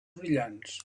brillants